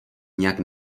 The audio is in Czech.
nijak